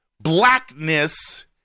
Blackness